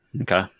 Okay